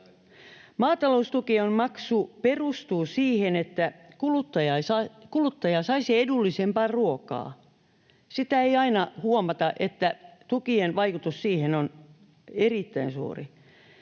Maataloustukien maksu perustuu siihen, että kuluttaja saisi edullisempaa ruokaa. Sitä ei aina huomata, että tukien vaikutus siihen on erittäin suuri